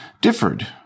differed